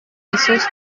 esos